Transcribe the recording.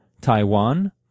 Taiwan